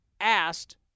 asked